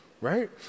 right